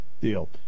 deal